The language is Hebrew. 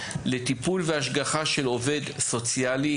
לטיפול והשגחה של עובד סוציאלי,